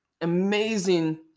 amazing